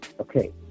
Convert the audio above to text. Okay